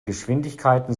geschwindigkeiten